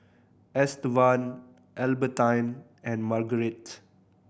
Estevan Albertine and Marguerite